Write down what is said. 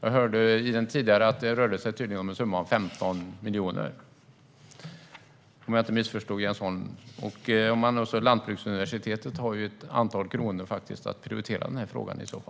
Tydligen rör det sig om en summa på 15 miljoner, om jag inte missförstod Jens Holm. Lantbruksuniversitetet har ju ett antal kronor och kan prioritera denna fråga.